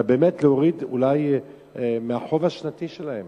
אלא באמת להוריד מהחוב השנתי שלהם.